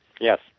Yes